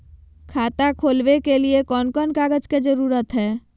खाता खोलवे के लिए कौन कौन कागज के जरूरत है?